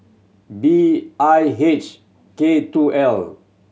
B I H K two L